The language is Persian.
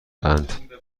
اند